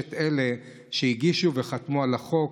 מחמשת אלה שהגישו וחתמו על החוק.